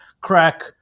crack